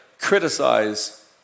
criticize